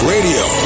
Radio